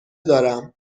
دارم